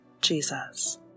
Jesus